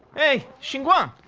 hey, xinguang.